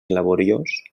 laboriós